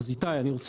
איתי,